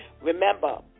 Remember